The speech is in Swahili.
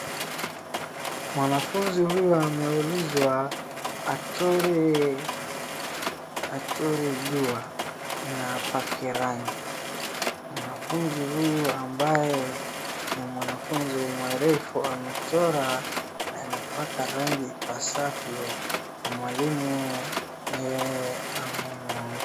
Mwanafunzi huyu ameulizwa achore jua na apake rangi, mwanafunzi huyu ambaye ni mwanafunzi mwerevu, amechora na amepaka rangi ipasavyo, na mwalimu amempongeza.